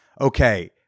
okay